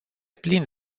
plin